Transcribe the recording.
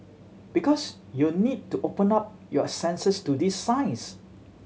because you'd need to open up your senses to these signs